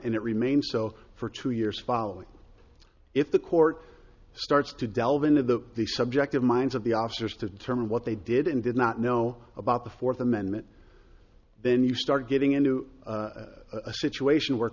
and it remained so for two years following if the court starts to delve into the the subject of minds of the officers to determine what they did and did not know about the fourth amendment then you start getting into a situation where